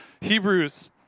Hebrews